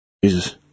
Jesus